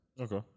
Okay